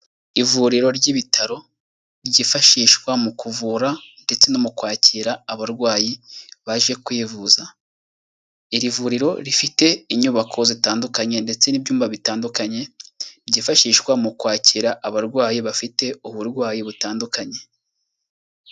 Ivuriro ry'ibitaro, ryifashishwa mu kuvura ndetse no mu kwakira abarwayi baje kwivuza. Iri vuriro rifite inyubako zitandukanye ndetse n'ibyumba bitandukanye, byifashishwa mu kwakira abarwayi bafite uburwayi butandukanye.